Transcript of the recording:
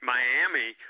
Miami